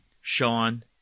Sean